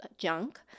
Junk